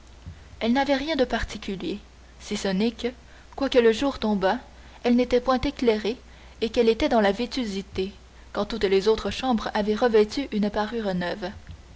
elle n'avait rien de particulier si ce n'est que quoique le jour tombât elle n'était point éclairée et qu'elle était dans la vétusté quand toutes les autres chambres avaient revêtu une parure neuve